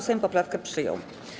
Sejm poprawkę przyjął.